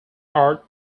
art